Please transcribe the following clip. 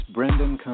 Brendan